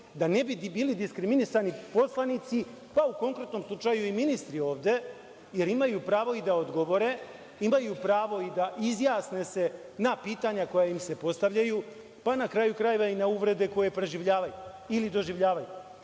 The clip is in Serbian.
da ne bi bilo diskriminisani poslanici, pa u konkretnom slučaju i ministri ovde, jer imaju pravo i da odgovore, imaju pravo i da se izjasne na pitanja koja im se postavljaju, pa na kraju krajeva i na uvrede koje preživljavaju ili doživljavaju.